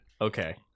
okay